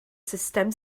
sustem